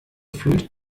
fühlt